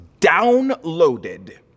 downloaded